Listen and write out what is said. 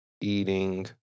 eating—